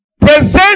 Present